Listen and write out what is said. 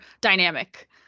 dynamic